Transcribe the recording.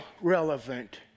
relevant